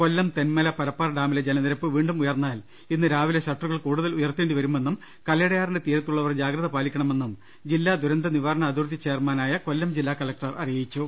കൊല്ലം തെന്മല പരപ്പാർ ഡാമിലെ ജലനിരപ്പ് വീണ്ടും ഉയർന്നാൽ ഇന്ന് രാവിലെ ഷട്ടറുകൾ കൂടുതൽ ഉയർത്തേണ്ടിവരുമെന്നും കല്ലടയാറിന്റെ തീരത്തുള്ളവർ ജാഗ്രത പാലിക്കണമെന്നും ജില്ലാ ദുരന്തനിവാർണ അതോറിറ്റി ചെയർമാനായ ജില്ലാ കളക്ടർ അറിയിച്ചു